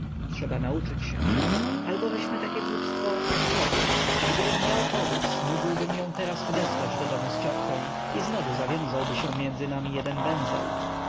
trzeba nauczyć się albo weźmy takie głupstwo jak powóz gdybym miał powóz mógłbym ją teraz odesłać do domu z ciotką i znowu zawiązałby się między nami jeden węzeł